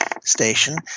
Station